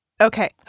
Okay